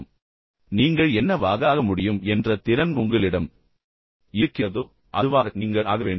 மிக சுருக்கமான வார்த்தைகளில் நீங்கள் என்ன வாக ஆக முடியும் என்ற திறன் உங்களிடம் இருக்கிறதோ அதுவாக நீங்கள் ஆக வேண்டும்